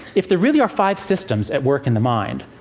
if there really are five systems at work in the mind,